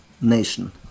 Nation